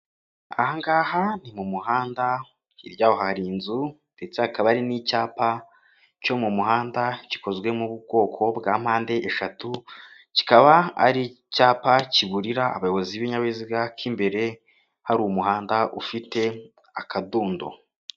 Ahangaha ni m'umuhanda hiryaho hari inzu ndetse hakaba hari n'icyapa cyo m'umuhanda gikozwe m'ubwoko bwa mpande eshatu, kikaba ari icyapa kiburira abayobozi b'ibinyabiziga k'imbere hari umuhanda ufite akadundo.